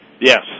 Yes